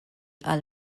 għal